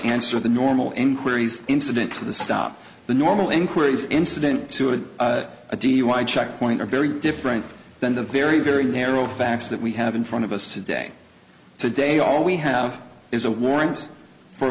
answer the normal inquiries incident to the stop the normal inquiries incident to a dui checkpoint are very different than the very very narrow facts that we have in front of us to day to day all we have is a warrant for